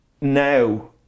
now